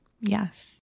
Yes